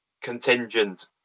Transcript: contingent